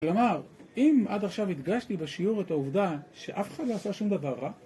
כלומר, אם עד עכשיו הדגשתי בשיעור את העובדה שאף אחד לא עשה שום דבר רע,